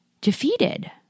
defeated